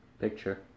Picture